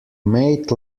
made